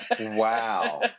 Wow